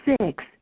six